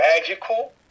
magical